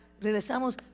Regresamos